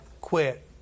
quit